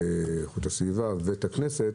את המשרד להגנת הסביבה ואת הכנסת,